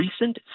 recent